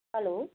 hello